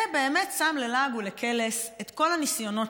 זה באמת שם ללעג ולקלס את כל הניסיונות